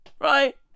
Right